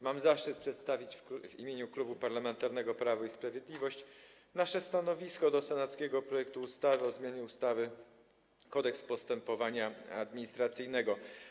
Mam zaszczyt przedstawić w imieniu Klubu Parlamentarnego Prawo i Sprawiedliwość stanowisko wobec senackiego projektu ustawy o zmianie ustawy Kodeks postępowania administracyjnego.